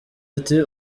ati